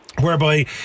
whereby